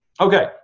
Okay